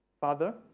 Father